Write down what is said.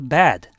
bad